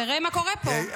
תראה מה קורה פה.